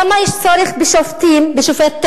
למה יש צורך בשופטים, בשופט טירקל,